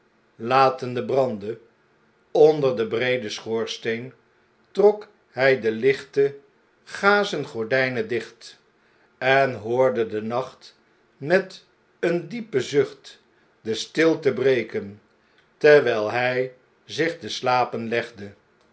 latende branden onder den breeden schoorsteen trok hg de lichte gazen gordijnen dicht en hoorde de nacht met een diepen zucht de stilte breken terwgl hij zich te slapen legde